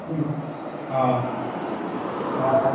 हँ आ आर